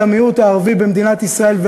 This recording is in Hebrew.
למיעוט הערבי במדינת ישראל,